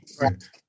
Right